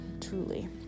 truly